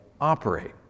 operate